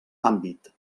àmbit